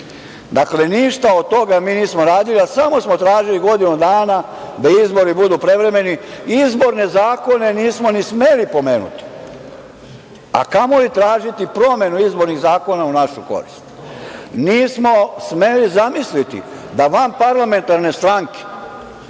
ubili. Dakle, ništa od toga mi nismo radili, a samo smo tražili godinu dana da izbori budu prevremeni. Izborne zakona nismo ni smeli pomenuti, a kamoli tražiti promenu izbornih zakona u našu korist. Nismo smeli zamisliti da vanparlamentarne stranke